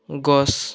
গছ